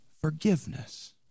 Forgiveness